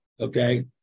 Okay